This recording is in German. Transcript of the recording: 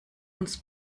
uns